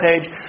page